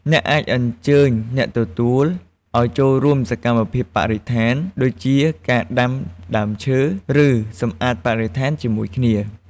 អ្នកអាចអញ្ជើញអ្នកទទួលឲ្យចូលរួមសកម្មភាពបរិស្ថាន ដូចជាការដាំដើមឈើ ឬសម្អាតបរិស្ថានជាមួយគ្នា។